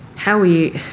how we